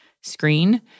screen